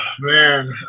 man